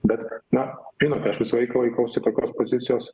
bet na žinote aš visą laiką laikausi tokios pozicijos